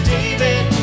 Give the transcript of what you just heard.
David